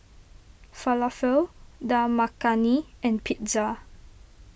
Falafel Dal Makhani and Pizza